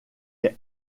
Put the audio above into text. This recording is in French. est